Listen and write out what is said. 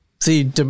See